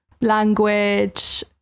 language